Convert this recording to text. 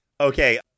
Okay